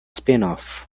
spinoff